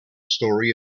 story